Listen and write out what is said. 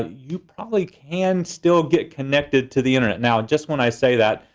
ah you probably can still get connected to the internet. now, just when i say that,